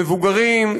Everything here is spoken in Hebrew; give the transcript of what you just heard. מבוגרים,